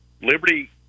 Liberty